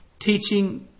teaching